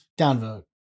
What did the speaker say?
Downvote